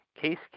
Case